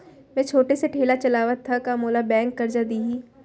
मैं छोटे से ठेला चलाथव त का मोला बैंक करजा दिही?